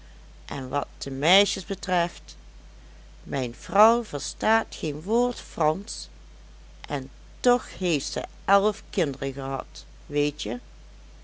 en wat de meisjes betreft mijn vrouw verstaat geen woord fransch en toch heeft ze elf kinderen gehad weetje